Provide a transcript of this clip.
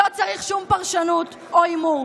לא צריך שום פרשנות או הימור.